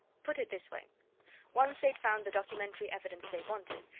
put it this way once they'd found the documentary evidence they wanted,